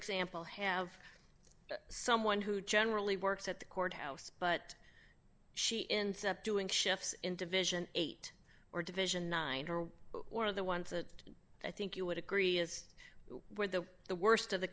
example have someone who generally works at the courthouse but she ends up doing shifts in division eight or division nine or the ones that i think you would agree is where the the worst of the